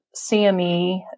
CME